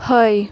हय